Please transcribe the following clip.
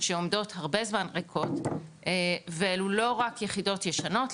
שעומדות הרבה זמן ריקות ואלו לא רק יחידות ישנות,